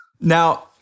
Now